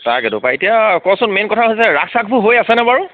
তাকেইটো পাই এতিয়া কওচোন মেইন কথা হৈছে ৰাস চাসবোৰ হৈ আছেনে বাৰু